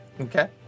Okay